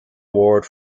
award